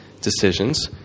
decisions